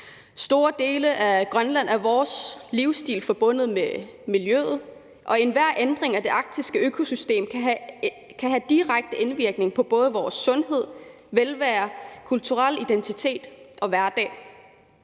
store dele af Grønland er vores livsstil forbundet med miljøet, og enhver ændring af det arktiske økosystem kan have direkte indvirkning på både vores sundhed, velvære, kulturelle identitet og hverdag.